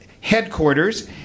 headquarters